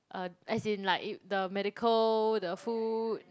uh as in like in the medical the food